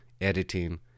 editing